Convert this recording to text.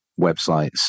websites